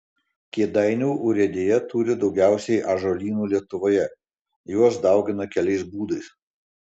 kėdainių urėdija turi daugiausiai ąžuolynų lietuvoje juos daugina keliais būdais